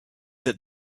that